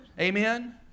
Amen